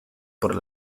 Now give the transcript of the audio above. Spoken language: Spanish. por